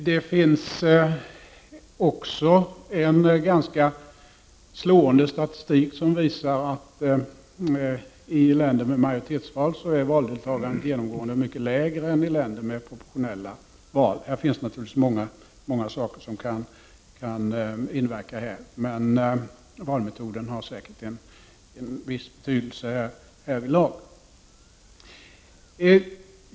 Det finns också en ganska slående statistik som visar att i länder med majoritetsval är valdelta gandet genomgående lägre än i länder med proportionella val. Det finns naturligtvis många saker som kan inverka, men valmetoden har säkerligen en viss betydelse härvidlag.